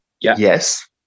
Yes